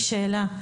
יש לי שאלה,